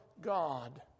God